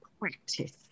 practice